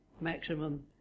maximum